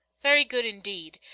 very good, indeed!